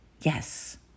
Yes